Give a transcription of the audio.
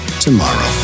tomorrow